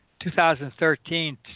2013